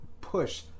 push